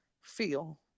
feel